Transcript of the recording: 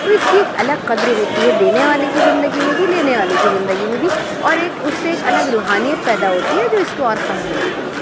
تو اِس کی ایک الگ قدر ہوتی ہے دینے والے کی زندگی میں بھی لینے والے کی زندگی میں بھی اور ایک اُس سے ایک الگ روحانیت پیدا ہوتی ہے جو اِس کو اور خاص بناتی ہے